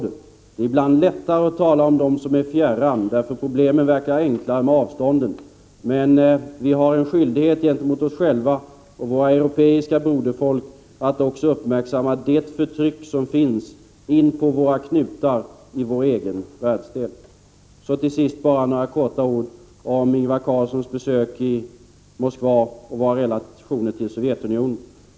Det är ibland lättare att tala om dem som är fjärran, därför att problemen verkar enklare med avståndet, men vi har en skyldighet gentemot oss själva och våra europeiska broderfolk att också uppmärksamma det förtryck som finns intill våra knutar, i vår egen världsdel. Till sist några få ord om Ingvar Carlssons besök i Moskva och våra relationer till Sovjetunionen.